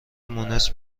مونس